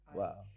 wow